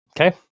Okay